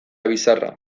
bizarra